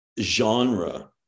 genre